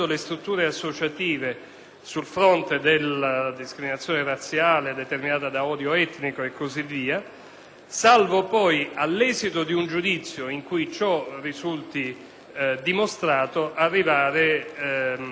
salvo poi, all'esito di un giudizio in cui ciò risulti dimostrato, arrivare, se ne sussistono i requisiti, allo scioglimento della medesima associazione.